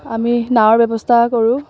আমি নাৱৰ ব্যৱস্থা কৰোঁ